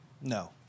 No